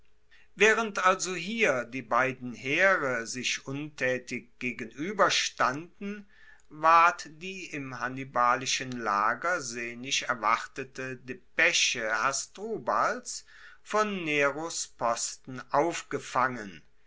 waehrend also hier die beiden heere sich untaetig gegenueberstanden ward die im hannibalischen lager sehnlich erwartete depesche hasdrubals von neros posten aufgefangen